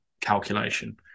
calculation